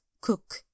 cook